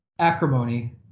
Acrimony